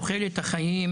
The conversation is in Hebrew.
תוחלת החיים